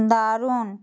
দারুণ